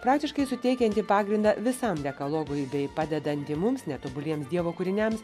praktiškai suteikiantį pagrindą visam dekalogui bei padedantį mums netobuliems dievo kūriniams